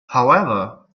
however